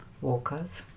walkers